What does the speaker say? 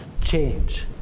change